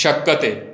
शक्यते